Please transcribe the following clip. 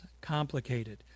complicated